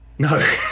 No